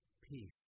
Peace